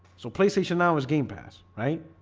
so playstation now is game pass right?